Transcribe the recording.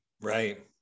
Right